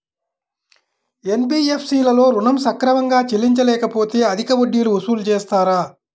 NBFC లలో ఋణం సక్రమంగా చెల్లించలేకపోతె అధిక వడ్డీలు వసూలు చేస్తారా?